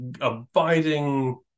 abiding